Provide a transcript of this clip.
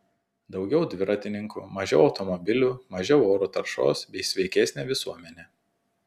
daugiau dviratininkų mažiau automobilių mažiau oro taršos bei sveikesnė visuomenė